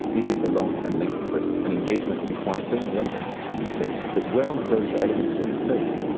it is a long and lengthy process. an engagement requires so many elements to be in place. but where those elements are in place,